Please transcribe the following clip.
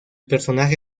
personaje